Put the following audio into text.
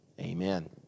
amen